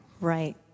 Right